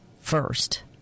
first